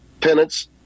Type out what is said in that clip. penance